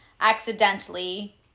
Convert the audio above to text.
accidentally